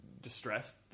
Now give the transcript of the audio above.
distressed